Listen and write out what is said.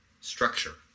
structure